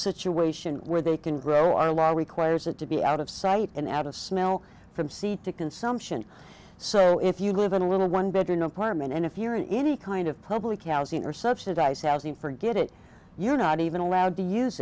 situation where they can grow our law requires it to be out of sight and out of smell from seed to consumption so if you live in a little one bedroom apartment and if you're an easy kind of public housing or subsidized housing forget it you're not even allowed to use